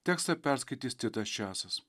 tekstą perskaitys titas česas